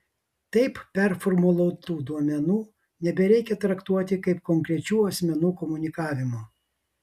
taip performuluotų duomenų nebereikia traktuoti kaip konkrečių asmenų komunikavimo